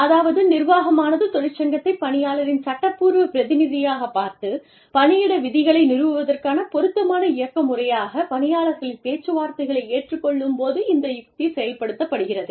அதாவது நிர்வாகமானது தொழிற்சங்கத்தை பணியாளரின் சட்டப்பூர்வ பிரதிநிதியாகப் பார்த்து பணியிட விதிகளை நிறுவுவதற்கான பொருத்தமான இயக்க முறையாக பணியாளர்களின் பேச்சு வார்த்தைகளை ஏற்றுக் கொள்ளும் போது இந்த யுக்தி செயல்படுத்தப்படுகிறது